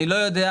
אני לא יודע,